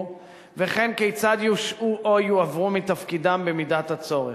וכן לקבוע כיצד יושעו או יועברו מתפקידם במידת הצורך.